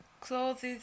clothes